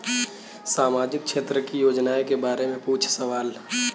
सामाजिक क्षेत्र की योजनाए के बारे में पूछ सवाल?